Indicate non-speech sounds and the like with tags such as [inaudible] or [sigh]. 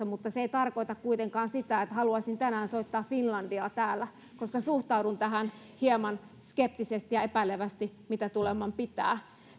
[unintelligible] mutta se ei tarkoita kuitenkaan sitä että haluaisin tänään soittaa finlandiaa täällä koska suhtaudun hieman skeptisesti ja epäilevästi tähän mitä tuleman pitää